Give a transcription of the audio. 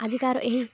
ଆଜିକାର ଏହି